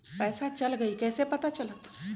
पैसा चल गयी कैसे पता चलत?